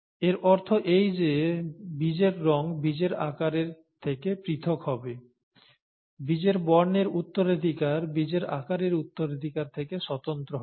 এর অর্থ এই যে বীজের রঙ বীজের আকারের থেকে পৃথক হবে বীজের বর্ণের উত্তরাধিকার বীজের আকারের উত্তরাধিকার থেকে স্বতন্ত্র হবে